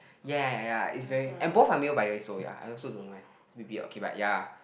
ya ya ya it's very and both are male by the way so ya I also don't like it's a bit big okay but ya